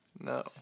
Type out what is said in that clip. No